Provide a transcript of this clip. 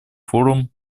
форум